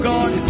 God